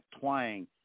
twang